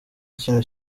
ikintu